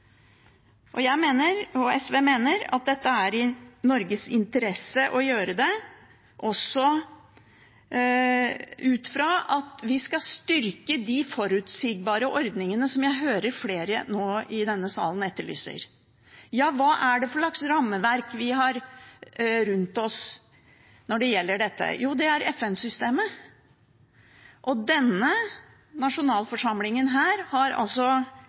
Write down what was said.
Jeg – og SV – mener at det er i Norges interesse å gjøre det, også ut fra at vi skal styrke de forutsigbare ordningene som jeg hører flere i denne salen nå etterlyser. For hva slags rammeverk har vi rundt oss når det gjelder dette? Jo, det er FN-systemet. Og denne nasjonalforsamlingen har altså